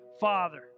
Father